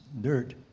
dirt